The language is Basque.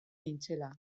nintzela